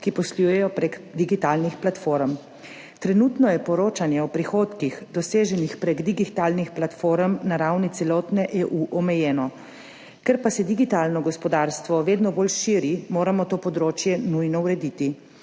ki poslujejo prek digitalnih platform. Trenutno je poročanje o prihodkih, doseženih prek digitalnih platform, na ravni celotne EU omejeno. Ker pa se digitalno gospodarstvo vedno bolj širi, moramo to področje nujno urediti.